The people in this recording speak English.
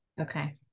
Okay